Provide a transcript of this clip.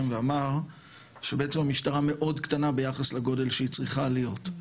ואמר שבעצם המשטרה מאוד קטנה ביחס לגודל שהיא צריכה להיות.